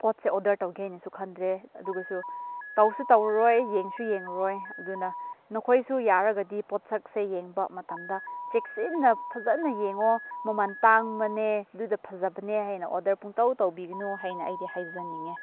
ꯄꯣꯠꯁꯦ ꯑꯣꯗꯔ ꯇꯧꯒꯦ ꯍꯥꯏꯅꯁꯨ ꯈꯟꯗ꯭ꯔꯦ ꯑꯗꯨꯒꯁꯨ ꯇꯧꯁꯨ ꯇꯧꯔꯔꯣꯏ ꯌꯦꯡꯁꯨ ꯌꯦꯡꯉꯔꯣꯏ ꯑꯗꯨꯅ ꯅꯈꯣꯏꯁꯨ ꯌꯥꯔꯒꯗꯤ ꯄꯣꯠꯁꯛꯁꯦ ꯌꯦꯡꯕ ꯃꯇꯝꯗ ꯆꯦꯛꯁꯤꯟꯅ ꯐꯖꯅ ꯌꯦꯡꯉꯣ ꯃꯃꯟ ꯇꯥꯡꯕꯅꯦ ꯑꯗꯨꯗꯣ ꯐꯖꯕꯅꯦ ꯍꯥꯏꯅ ꯑꯣꯗꯔ ꯄꯨꯡꯇꯧ ꯇꯧꯕꯤꯒꯅꯨ ꯍꯥꯏꯅ ꯑꯩꯗꯤ ꯍꯥꯏꯖꯅꯤꯡꯉꯦ